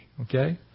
Okay